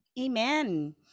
Amen